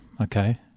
okay